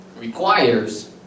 requires